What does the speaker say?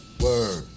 word